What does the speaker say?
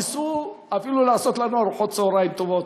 ניסו אפילו לעשות לנו ארוחות צהריים טובות,